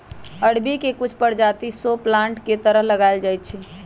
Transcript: अरबी के कुछ परजाति शो प्लांट के तरह लगाएल जाई छई